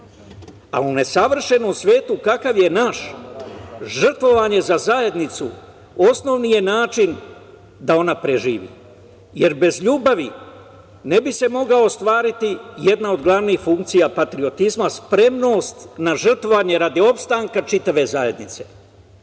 a u nesavršenom svetu, kakav je naš, žrtvovanje za zajednicu osnovni je način da ona preživi jer bez ljubavi ne bi se mogla ostvariti jedna od glavnih funkcija patriotizma – spremnost na žrtvovanje radi opstanka čitave zajednice.